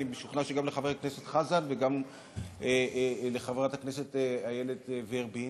ואני משוכנע שגם לחבר הכנסת חזן וגם לחברת הכנסת איילת ורבין,